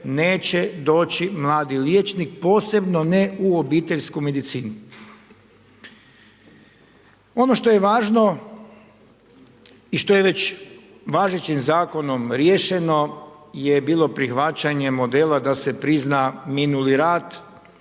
neće doći mladi liječnik, posebno ne u obiteljsku medicinu. Ono što je važno i što je već važećim Zakonom riješeno je bilo prihvaćanje modela da se prizna minuli rad,